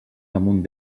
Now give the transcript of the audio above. damunt